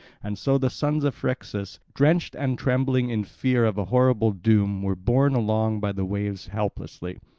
and so the sons of phrixus, drenched and trembling in fear of a horrible doom, were borne along by the waves helplessly.